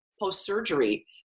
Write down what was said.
post-surgery